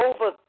over